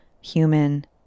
human